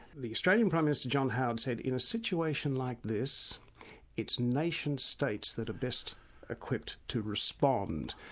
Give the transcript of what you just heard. the australian prime minister john howard said in a situation like this it's nation states that are best equipped to respond.